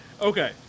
Okay